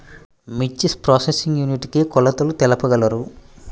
మిర్చి processing unit కి కొలతలు తెలుపగలరు?